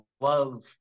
love